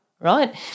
right